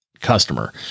customer